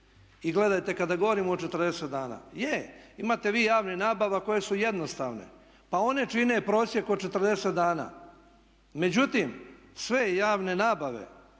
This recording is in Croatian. I gledajte, kada govorimo o 40 dana, je, imate vi javnih nabava koje su jednostavne pa one čine prosjek od 40 dana. Međutim, sve javne nabave